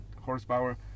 horsepower